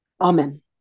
Amen